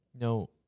No